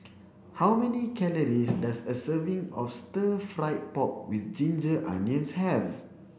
how many calories does a serving of stir fried pork with ginger onions have